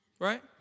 Right